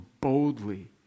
boldly